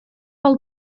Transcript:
pel